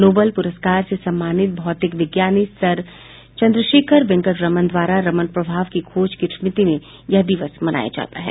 Nobel पुरस्कार से सम्मानित भौतिक विज्ञानी सर चन्द्रशेखर वेंकट रमन द्वारा रमन प्रभाव की खोज की स्मृति में यह दिवस मनाया जाता है